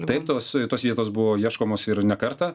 taip tos tos vietos buvo ieškomos ir ne kartą